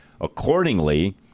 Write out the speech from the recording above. accordingly